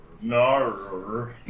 no